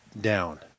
down